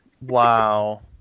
Wow